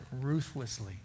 ruthlessly